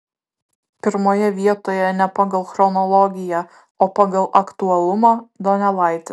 pirmoje vietoje ne pagal chronologiją o pagal aktualumą donelaitis